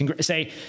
Say